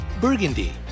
burgundy